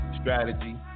strategy